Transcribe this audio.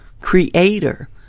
creator